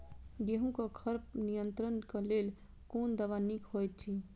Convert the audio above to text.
गेहूँ क खर नियंत्रण क लेल कोन दवा निक होयत अछि?